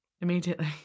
Immediately